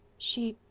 she.